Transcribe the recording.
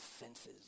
senses